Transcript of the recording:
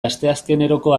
asteazkeneroko